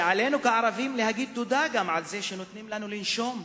שעלינו כערבים להגיד תודה גם על זה שנותנים לנו לנשום,